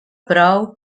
prou